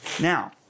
now